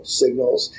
signals